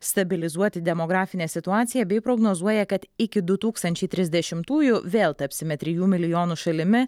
stabilizuoti demografinę situaciją bei prognozuoja kad iki du tūkstančiai trisdešimtųjų vėl tapsime trijų milijonų šalimi